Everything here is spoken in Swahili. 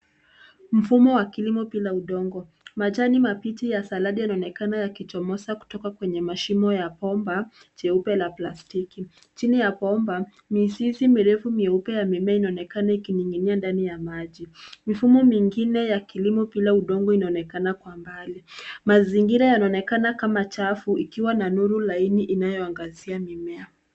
Mfumo wa kilimo wenye udongo wenye rutuba, majani ya saladi yanaonekana yakiwa na rangi nzuri kutoka kwenye mashimo ya mabegi ya plastiki. Chini ya mabegi, mizizi mirefu nyeupe ya mimea inaonekana katika maji. Mfumo mwingine wa kilimo unaonyesha mashamba yaliyopangwa kwa umbo la mistari. Mazingira yanaonekana safi, ikiwa na mwanga laini unaoangazia mimea.